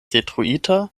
detruita